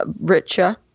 richer